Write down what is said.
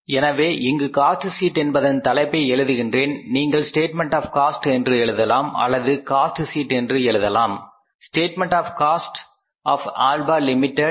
எனவே இங்கு cost sheet என்பதன் தலைப்பை எழுதுகின்றேன் நீங்கள் ஸ்டேட்மெண்ட் ஆப் காஸ்ட் என்று எழுதலாம் அல்லது காஸ்ட் ஷீட் என்று எழுதலாம் statement of cost of alpha limited